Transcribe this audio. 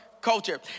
culture